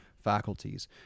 faculties